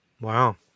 Wow